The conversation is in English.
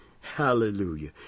hallelujah